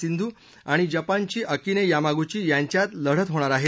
सिंधू आणि जपानची Akane Yamaguchi यांच्यात लढत होणार आहे